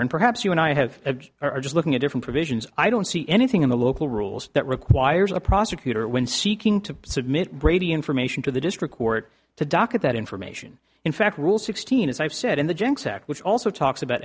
honor and perhaps you and i have are just looking at different provisions i don't see anything in the local rules that requires a prosecutor when seeking to submit brady information to the district court to docket that information in fact rule sixteen as i've said in the jencks act which also talks about